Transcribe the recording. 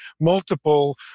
multiple